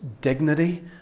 dignity